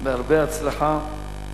והרבה הצלחה.